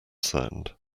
sound